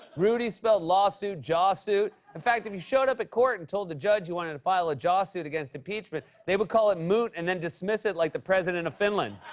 rudy spelled lawsuit jawsuit. in fact, if you showed up at court and told the judge you wanted to file a jawsuit against impeachment, they would call it moot and then dismiss it like the president of finland.